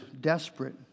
desperate